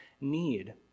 need